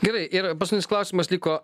gerai ir paskutinis klausimas liko